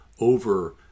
over